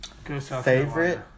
favorite